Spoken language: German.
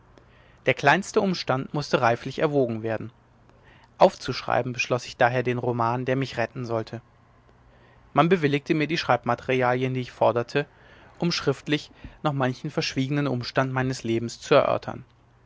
der kleinste umstand mußte reiflich erwogen werden aufzuschreiben beschloß ich daher den roman der mich retten sollte man bewilligte mir die schreibmaterialien die ich forderte um schriftlich noch manchen verschwiegenen umstand meines lebens zu erörtern